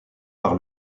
par